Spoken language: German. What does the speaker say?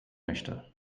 möchte